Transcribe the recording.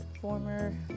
former